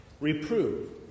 Reprove